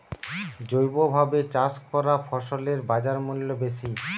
জৈবভাবে চাষ করা ফসলের বাজারমূল্য বেশি